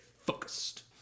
focused